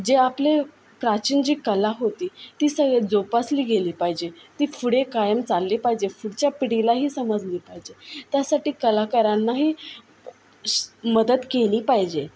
जे आपले प्राचीन जी कला होती ती स जोपासली गेली पाहिजे ती पुढे कायम चालली पाहिजे पुढच्या पिढीलाही समजली पाहिजे त्यासाठी कलाकारांनाही श मदत केली पाहिजे